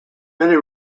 many